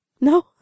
No